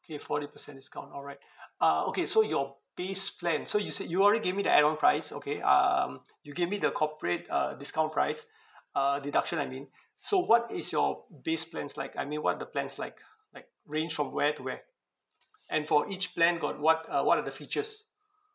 K forty percent discount all right uh okay so your base plan so you said you already gave me the annual price okay um you gave me the corporate uh discount price uh deduction I mean so what is your base plans like I mean what are the plans like like range from where to where and for each plan got what uh what are the features